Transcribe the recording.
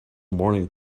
morning